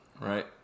Right